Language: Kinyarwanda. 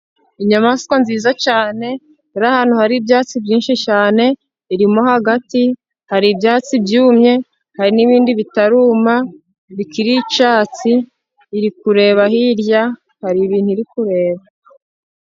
Inyamaswa nziza cyane n'ahantu hari ibyatsi byinshi cyane, irimo hagati hari ibyatsi byumye hari n'ibindi bitaruma bikiri icyatsi. Iri kureba hirya hari ibintu iri kureba.